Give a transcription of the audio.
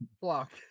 block